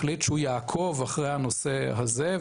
החליט שהוא יעקוב אחר הנושא הזה.